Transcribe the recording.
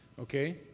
Okay